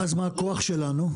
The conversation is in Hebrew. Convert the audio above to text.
ואז מה הכוח שלנו?